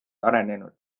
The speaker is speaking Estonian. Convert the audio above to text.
arenenud